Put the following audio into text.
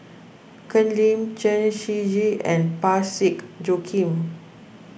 Ken Lim Chen Shiji and Parsick Joaquim